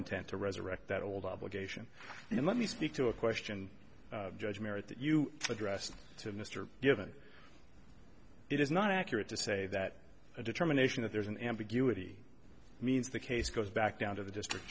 intent to resurrect that old obligation and let me speak to a question judge merit that you addressed to mr given it is not accurate to say that a determination that there's an ambiguity means the case goes back down to the district